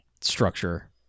structure